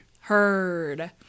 Heard